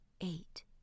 eight